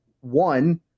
one